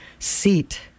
Seat